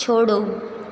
छोड़ो